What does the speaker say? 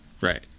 Right